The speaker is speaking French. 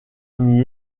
n’y